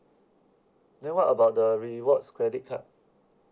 then what about the rewards credit card